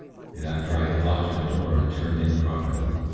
and after i had locked my door i turned in properly,